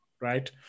right